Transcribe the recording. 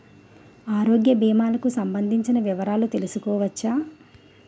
ఆరోగ్య భీమాలకి సంబందించిన వివరాలు తెలుసుకోవచ్చా?